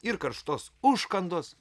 ir karštos užkandos